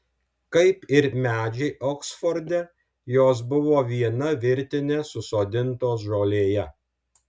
kaip ir medžiai oksforde jos buvo viena virtine susodintos žolėje